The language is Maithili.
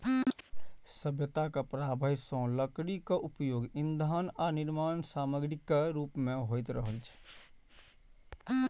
सभ्यताक प्रारंभे सं लकड़ीक उपयोग ईंधन आ निर्माण समाग्रीक रूप मे होइत रहल छै